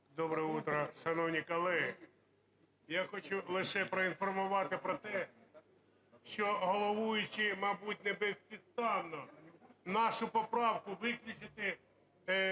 Доброеутро, шановні колеги. Я хочу лише проінформувати про те, що головуючий, мабуть, не безпідставно нашу поправку виключити